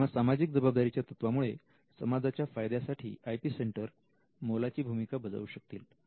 तेव्हा सामाजिक जबाबदारीच्या तत्त्वामुळे समाजाच्या फायद्यासाठी आय पी सेंटर मोलाची भूमिका बजावू शकतील